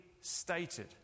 stated